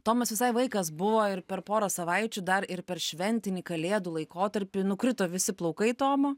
tomas visai vaikas buvo ir per porą savaičių dar ir per šventinį kalėdų laikotarpį nukrito visi plaukai tomo